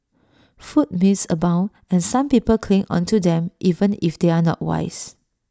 food myths abound and some people cling onto them even if they are not wise